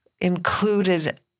included